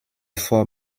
fort